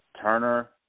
turner